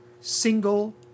single